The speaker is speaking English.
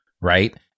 right